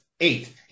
eight